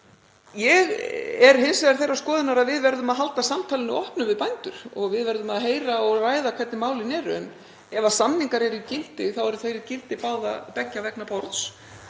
Ég er hins vegar þeirrar skoðunar að við verðum að halda samtalinu opnu við bændur og við verðum að heyra og ræða hvernig málin eru. En ef samningar eru í gildi þá eru þeir í gildi beggja vegna borðs.